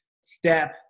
step